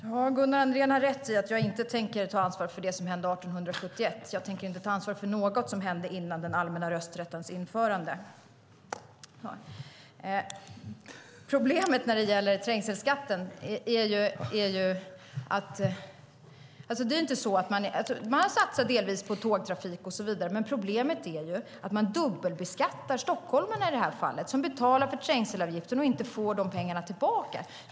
Herr talman! Gunnar Andrén har rätt i att jag inte tänker ta ansvar för det som hände 1871. Jag tänker inte ta ansvar för något som hände före den allmänna rösträttens införande. Man har satsat på tågtrafik och så vidare, men problemet är att man dubbelbeskattar stockholmarna i det här fallet, som alltså betalar trängselavgifter men inte får tillbaka dessa pengar.